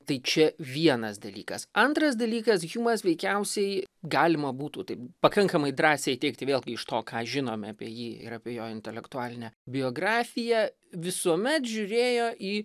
tai čia vienas dalykas antras dalykas hjumas veikiausiai galima būtų taip pakankamai drąsiai teigti vėlgi iš to ką žinom apie jį ir apie jo intelektualinę biografiją visuomet žiūrėjo į